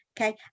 okay